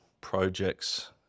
projects